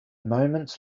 moments